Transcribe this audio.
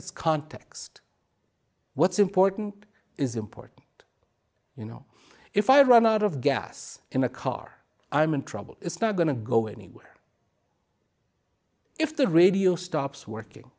it's context what's important is important you know if i run out of gas in a car i'm in trouble it's not going to go anywhere if the radio stops working